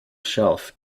shelf